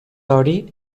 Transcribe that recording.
hori